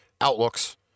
outlooks